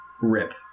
Rip